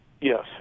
Yes